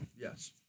Yes